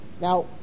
Now